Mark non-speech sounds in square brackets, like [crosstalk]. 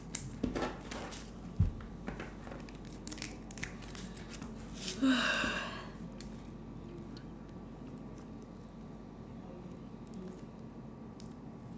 [noise]